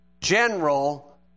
general